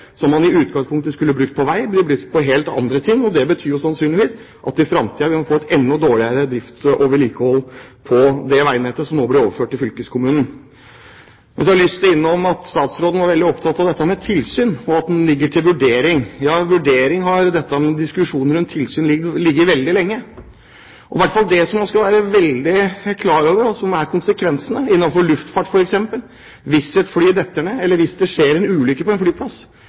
som man i utgangspunktet skulle brukt på vei, på helt andre ting. Det betyr sannsynligvis at vi i framtiden vil få enda dårligere drift og vedlikehold på det veinettet som nå blir overført til fylkeskommunene. Så har jeg lyst til å komme innom at statsråden var veldig opptatt av dette med tilsyn, og at det ligger til vurdering. Ja, til vurdering har dette med tilsyn ligget veldig lenge. Og det som en i hvert fall skal være veldig klar over, er konsekvensene innenfor f.eks. luftfart. Hvis et fly faller ned, eller hvis det skjer en ulykke på en flyplass,